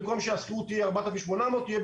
במקום שהשכירות בגבעת שמואל תהיה 4,800 היא תהיה